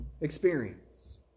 experience